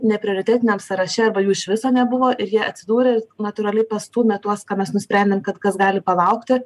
neprioritetiniam sąraše arba jų iš viso nebuvo ir jie atsidūrė natūraliai pastūmė tuos ką mes nusprendėm kad kas gali palaukti